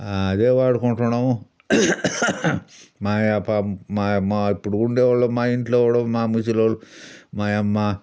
అదే వాడుకుంటున్నాము ఇప్పుడు ఉండేవాళ్ళు మా ఇంట్లో కూడా మా ముసలోళ్ళు మాయమ్మ